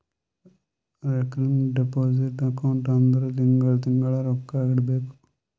recurring deposit account ಅಂದುರ್ ತಿಂಗಳಾ ತಿಂಗಳಾ ರೊಕ್ಕಾ ಇಡಬೇಕು